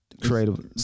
Creative